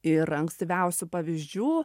ir ankstyviausių pavyzdžių